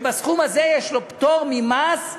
ובסכום הזה יש לו פטור ממס,